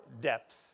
depth